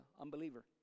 unbeliever